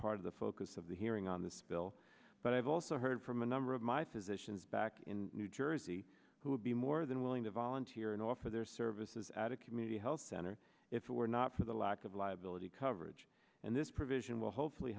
part of the focus of the hearing on the spill but i've also heard from a number of my physicians back in new jersey who would be more than willing to volunteer and offer their services at a community health center if it were not for the lack of liability overage and this provision will hopefully